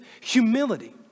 humility